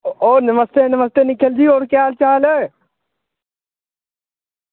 ओह् नमस्ते नमस्ते निखिल जी होर केह् हाल चाल